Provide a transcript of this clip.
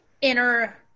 inner